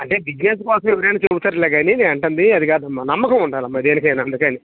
అంటే బిజినెస్ కోసం ఎవరైనా చెబుతారులే కానీ నేను అంటుంది అది కాదమ్మ నమ్మకం ఉండాలమ్మ దేనికైనా అందుకని